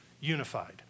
unified